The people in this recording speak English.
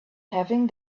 having